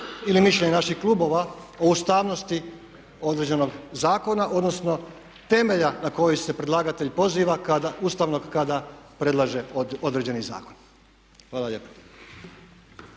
ili mišljenje naših klubova o ustavnosti određenog zakona odnosno temelja ustavnog na koji se predlagatelj poziva kada predlaže određeni zakon. Hvala lijepa.